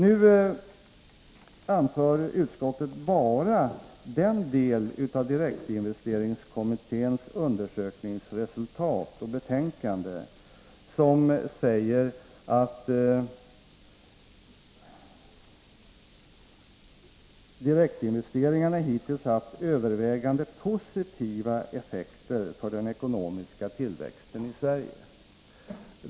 Utskottet refererar bara den del av direktinvesteringskommitténs undersökningsresultat och betänkande som säger att direktinvesteringarna hittills haft övervägande positiva effekter för den ekonomiska tillväxten i Sverige.